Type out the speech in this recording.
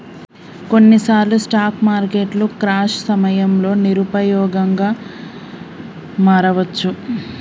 కొన్నిసార్లు స్టాక్ మార్కెట్లు క్రాష్ సమయంలో నిరుపయోగంగా మారవచ్చు